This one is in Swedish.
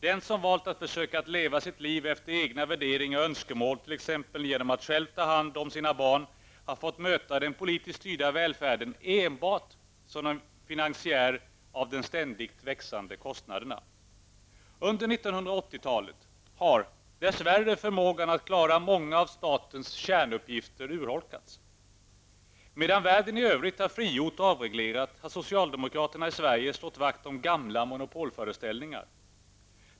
Den som har valt att försöka leva sitt liv efter egna värderingar och önskemål, t.ex. genom att själv ta hand om sina barn, har fått möta den politiskt styrda välfärden enbart som en finansiär av de ständigt växande kostnaderna. Under 1980-talet har dess värre statens förmåga att klara många av sina kärnuppgifter urholkats. Medan världen i övrigt har frigjort och avreglerat, har socialdemokraterna i Sverige slagit vakt om gamla monopolföreställningar.